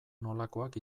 nolakoak